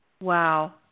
Wow